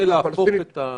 --- להפוך את הסיבה.